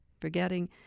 forgetting